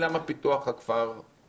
אבל אני לא מבין למה פיתוח הכפר שם,